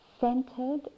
centered